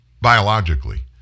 biologically